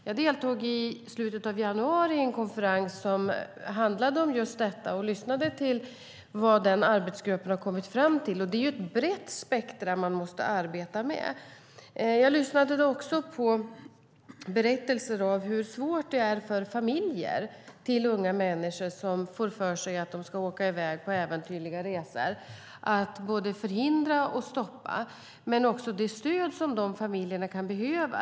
Jag deltog i slutet av januari i en konferens som handlade om detta och lyssnade till vad arbetsgruppen har kommit fram till, och det är ett brett spektrum man måste arbeta med. Jag lyssnade också på berättelser om hur svårt det är för familjer till unga människor att förhindra och stoppa dem som får för sig att de ska åka i väg på äventyrliga resor. Det handlade om det stöd familjerna kan behöva.